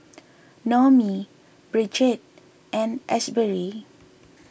Noemie Bridget and Asbury